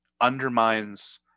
undermines